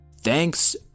Thanks